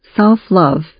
self-love